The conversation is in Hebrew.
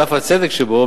על אף הצדק שבו,